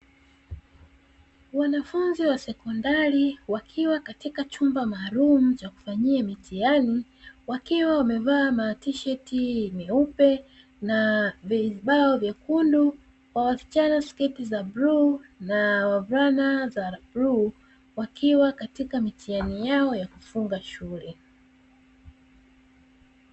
Wanafunzi wa sekondari wakiwa katika chumba maalumu cha kufanyia mtihani, wakiwa wanevaa matisheti myeupe na vizibao vyekundu, kwa wasichana sketi za bluu na wavulana za bluu wakiwa katika mitihani yao ya kufunga shule.